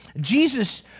Jesus